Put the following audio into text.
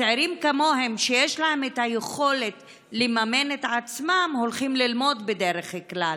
צעירים כמוהם שיש להם יכולת לממן את עצמם הולכים ללמוד בדרך כלל.